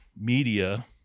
media